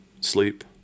sleep